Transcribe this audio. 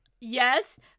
Yes